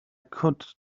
could